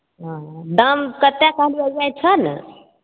हॅं दाम कतेक कहलियै याद छऽ ने